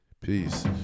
Peace